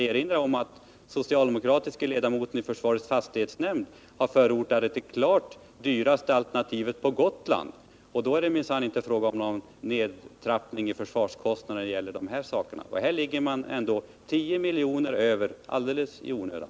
Den socialdemokratiske ledamoten av försvarets fastighetsnämnd har ju förordat det klart dyraste alternativet på Gotland. Då är det minsann inte fråga om Nr 48 någon nedtrappning av försvarskostnaderna. Här ligger man ändå 10 miljoner Onsdagen den över alldeles i onödan.